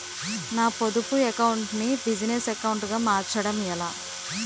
నా పొదుపు అకౌంట్ నీ బిజినెస్ అకౌంట్ గా మార్చడం ఎలా?